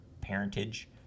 parentage